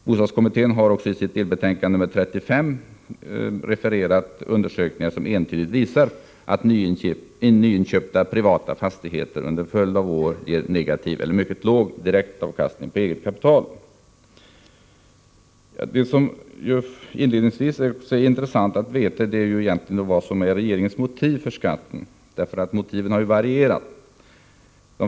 Bostadskommittén har i sitt delbetänkande nr 35 refererat undersökningar som entydigt visar att nyinköpta privata fastigheter under en följd av år ger en negativ, eller mycket låg, direktavkastning på eget kapital. Till att börja med är det intressant att få veta vilka motiv regeringen har för skatten i fråga. Motiven har ju varierat.